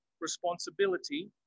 responsibility